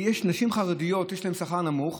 שלנשים חרדיות יש שכר נמוך,